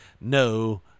no